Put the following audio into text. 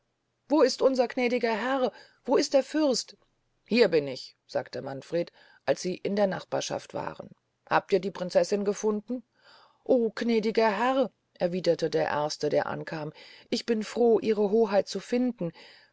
wo ist unser gnädiger herr wo ist der fürst hier bin ich sagte manfred als sie in der nachbarschaft waren habt ihr die prinzessin gefunden o gnädiger herr erwiederte der erste der ankam ich bin froh ihre hoheit zu finden